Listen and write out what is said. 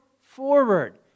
forward